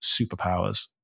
superpowers